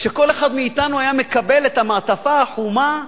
כשכל אחד מאתנו היה מקבל את המעטפה החומה,